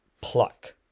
Pluck